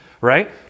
right